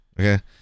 okay